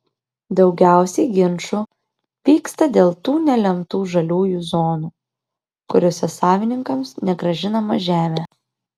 daugiausiai ginčų vyksta dėl tų nelemtų žaliųjų zonų kuriose savininkams negrąžinama žemė